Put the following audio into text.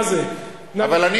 מה זה?